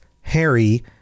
Harry